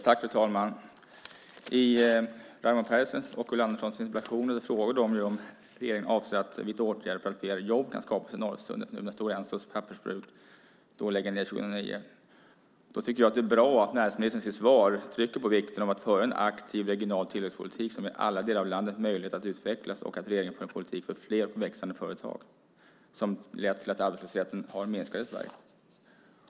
Fru talman! I Raimo Pärssinens och Ulla Anderssons interpellationer frågas vilka åtgärder regeringen avser att vidta för att fler jobb ska skapas i Norrsundet nu när Stora Ensos pappersbruk läggs ned 2009. Då tycker jag att det är bra att näringsministern i sitt svar trycker på vikten av att föra en aktiv regional tillväxtpolitik som ger alla delar av landet möjlighet att utvecklas. Det är bra att regeringen för en politik för fler växande företag som har lett till att arbetslösheten har minskat i Sverige.